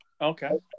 okay